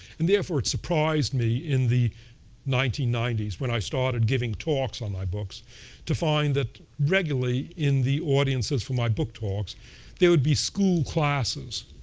and therefore, it surprised me in the nineteen ninety s when i started giving talks on my books to find that regularly in the audiences for my book tours there would be school classes.